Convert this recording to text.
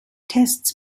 tests